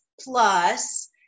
plus